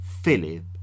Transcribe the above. Philip